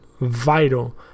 vital